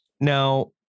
Now